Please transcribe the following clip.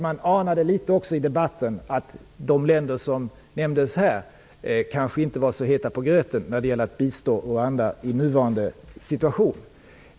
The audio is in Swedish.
Vi anade också i debatten att de länder som Eva Zetterberg nämnde inte var så heta på gröten när det gällde att bistå Rwanda i nuvarande situation.